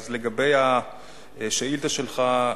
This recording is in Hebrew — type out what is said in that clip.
לגבי השאילתא שלך,